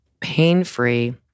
pain-free